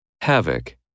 Havoc